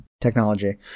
technology